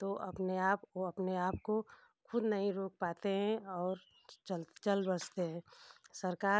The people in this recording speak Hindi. तो अपने आपको अपने आपको ख़ुद नहीं रोक पाते हैं और चल चल बसते हैं सरकार